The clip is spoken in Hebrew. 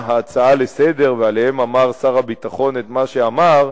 ההצעה לסדר-היום ועליהן אמר שר הביטחון את מה שאמר,